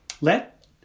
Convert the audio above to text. Let